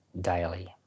daily